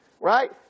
right